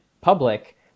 public